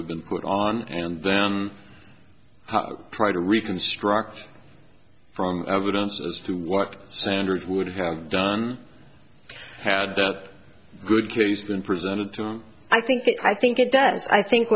have been put on and then try to reconstruct from evidence as to what standards would have done had a good case been presented to him i think i think it does i think